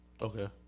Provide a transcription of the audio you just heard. Okay